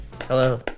hello